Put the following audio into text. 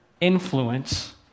influence